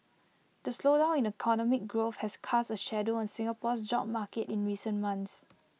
the slowdown in economic growth has cast A shadow on Singapore's job market in recent months